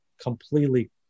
completely